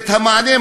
המענה,